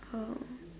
old